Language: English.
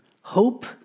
hope